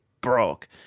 broke